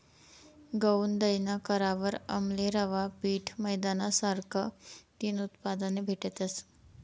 गऊनं दयन करावर आमले रवा, पीठ, मैदाना सारखा तीन उत्पादने भेटतस